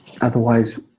Otherwise